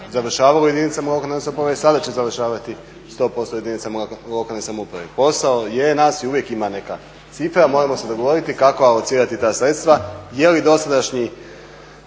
završavalo u jedinicama lokalnih samouprava i sada će završavati 100% u jedinicama lokalnih samouprava. Posao je … i uvijek ima neka cifra, moramo se dogovoriti kako … ta sredstva, je li dosadašnji